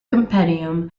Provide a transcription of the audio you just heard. compendium